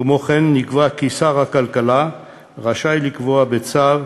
כמו כן, נקבע כי שר הכלכלה רשאי לקבוע בצו,